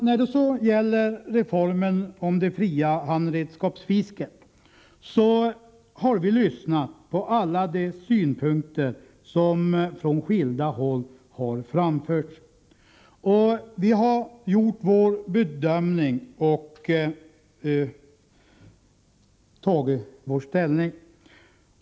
När det så gäller reformen om det fria handredskapsfisket vill jag framhålla att vi har tagit del av synpunkter från skilda håll. Sedan har vi bedömt och tagit ställning.